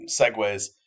Segways